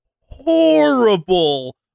Horrible